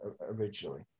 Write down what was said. originally